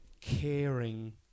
caring